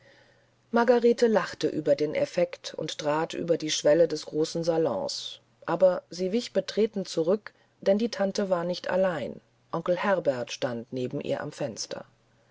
margarete lachte über den effekt und trat über die schwelle des großen salons aber sie wich betreten zurück denn die tante war nicht allein onkel herbert stand neben ihr am fenster